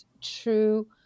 true